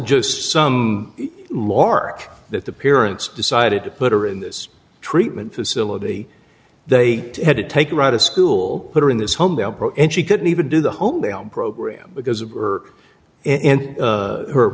just some lark that the parents decided to put her in this tree mn facility they had to take her out of school put her in this home and she couldn't even do the home they own program because of her and her